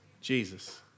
Jesus